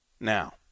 Now